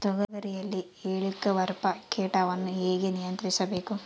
ತೋಗರಿಯಲ್ಲಿ ಹೇಲಿಕವರ್ಪ ಕೇಟವನ್ನು ಹೇಗೆ ನಿಯಂತ್ರಿಸಬೇಕು?